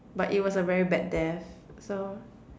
but it was a very bad death so